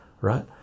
right